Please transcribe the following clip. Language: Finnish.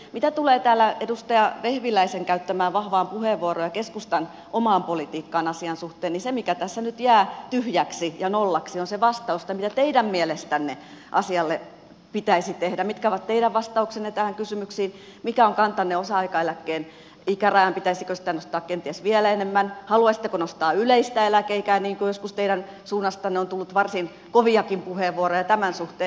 mitä tulee täällä edustaja vehviläisen käyttämään vahvaan puheenvuoroon ja keskustan omaan politiikkaan asian suhteen niin se mikä tässä nyt jää tyhjäksi ja nollaksi on vastaus siihen mitä teidän mielestänne asialle pitäisi tehdä mitkä ovat teidän vastauksenne näihin kysymyksiin mikä on kantanne osa aikaeläkkeen ikärajaan pitäisikö sitä nostaa kenties vielä enemmän haluaisitteko nostaa yleistä eläkeikää niin kuin joskus teidän suunnastanne on tullut varsin koviakin puheenvuoroja tämän suhteen